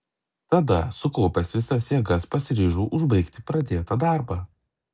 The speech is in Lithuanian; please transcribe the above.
tada sukaupęs visas jėgas pasiryžau užbaigti pradėtą darbą